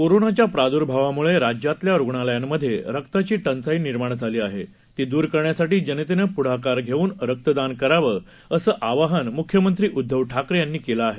कोरोनाच्या प्राद्र्भावामुळे राज्यातल्या रुग्णालयांमधे रक्ताची टंचाई निर्माण झाली आहे ती दूर करण्यासाठी जनतेनं प्ढाकार घेऊन रक्तदान करावं असं आवाहन म्ख्यमंत्री उद्धव ठाकरे यांनी केलं आहे